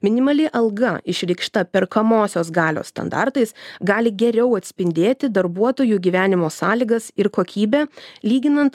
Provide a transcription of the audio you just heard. minimali alga išreikšta perkamosios galios standartais gali geriau atspindėti darbuotojų gyvenimo sąlygas ir kokybę lyginant